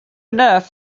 enough